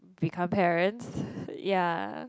become parents ya